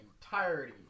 entirety